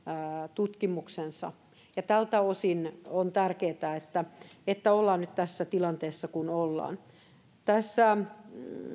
tutkimuksensa tältä osin on tärkeätä että että ollaan nyt tässä tilanteessa kuin ollaan tässä